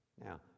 Now